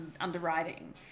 underwriting